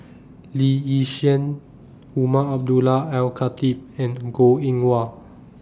Lee Yi Shyan Umar Abdullah Al Khatib and Goh Eng Wah